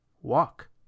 Walk